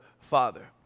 father